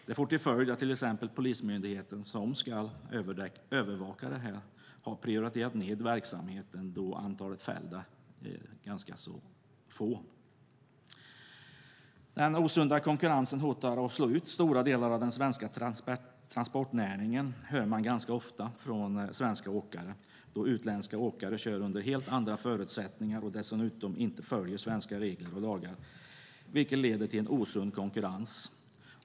Det får till följd att till exempel polismyndigheten som ska övervaka detta har prioriterat ned verksamheten, då antalet fällda är ganska litet. Att den osunda konkurrensen hotar att slå ut stora delar av den svenska transportnäringen hör man ganska ofta från svenska åkare, då utländska åkare kör under helt andra förutsättningar och dessutom inte följer svenska regler och lagar. Det leder till en osund konkurrens.